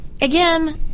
again